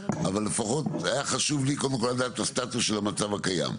אבל לפחות היה חשוב לי קודם כל לדעת את הסטטוס של המצב הקיים.